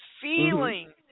feeling